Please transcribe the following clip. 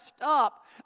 up